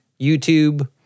YouTube